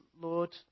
Lord